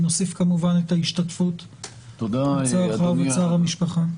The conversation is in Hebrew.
נוסיף כמובן את השתתפותנו בצערך ובצער המשפחה.